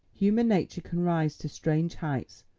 human nature can rise to strange heights,